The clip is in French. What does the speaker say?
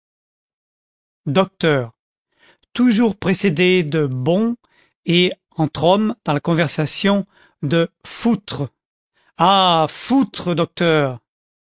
docteur toujours précédé de bon et entre hommes dans la conversation de foutre ah foutre docteur